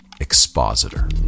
expositor